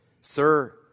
sir